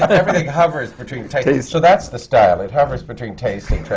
ah everything hovers between taste. so that's the style. it hovers between taste